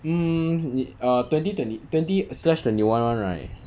hmm ye~ err twenty twenty twenty slash twenty one one right